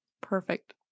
Perfect